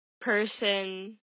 person